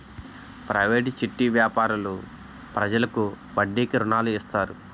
private చిట్టి వ్యాపారులు ప్రజలకు వడ్డీకి రుణాలు ఇస్తారు